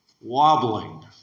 wobbling